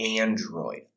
Android